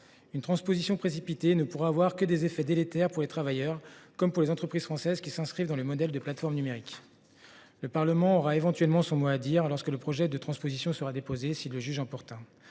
Une transposition précipitée ne pourrait en effet avoir que des effets délétères, pour les travailleurs comme pour les entreprises françaises qui s’inscrivent dans le modèle des plateformes numériques. Le Parlement aura éventuellement son mot à dire lorsque le projet de loi de transposition sera déposé, s’il le juge opportun.